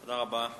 תודה רבה.